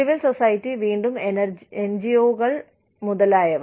civil society വീണ്ടും എൻജിഒകൾ മുതലായവ